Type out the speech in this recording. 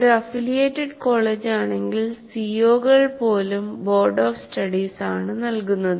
ഒരു അഫിലിയേറ്റഡ് കോളേജാണെങ്കിൽ സിഒകൾ പോലും ബോർഡ് ഓഫ് സ്റ്റഡീസ് ആണ് നൽകുന്നത്